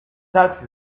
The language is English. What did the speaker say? tux